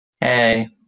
Hey